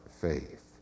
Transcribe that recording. faith